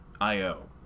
IO